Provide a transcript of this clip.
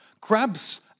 grabs